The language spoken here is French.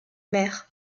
mer